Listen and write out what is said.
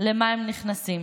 למה הם נכנסים.